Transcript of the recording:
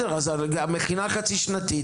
והמכינה החצי-שנתית?